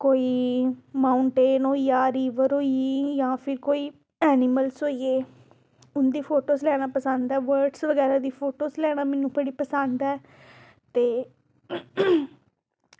कोई माउंटेन होई गेआ रीवर होई जां फ्ही कोई एनिमल्स होई गे उं'दी फोटोज़ लैना पसंद ऐ बर्डस बगैरा दी फोटोज़ लैना मैनू बड़ी पसंद ऐ ते